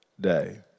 day